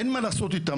אין מה לעשות איתם.